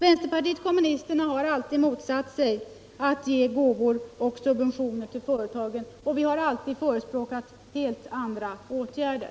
Vänsterpartiet kommunisterna har alltid motsatt sig gåvor och subventioner till företag och förespråkat helt andra åtgärder.